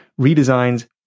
redesigns